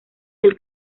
del